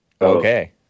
Okay